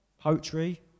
Poetry